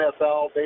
NFL